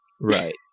Right